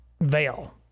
veil